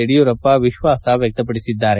ಯಡಿಯೂರಪ್ಪ ವಿಶ್ವಾಸ ವ್ಯಕ್ತಪಡಿಸಿದ್ದಾರೆ